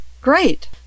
Great